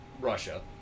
Russia